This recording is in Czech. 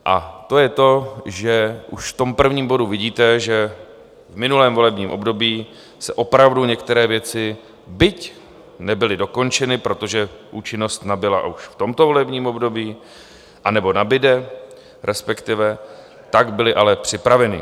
A to je to, že už v tom prvním bodě vidíte, že v minulém volebním období se opravdu některé věci byť nebyly dokončeny, protože účinnosti nabudou až v tomto volebním období, nebo respektive nabyly tak byly ale připraveny.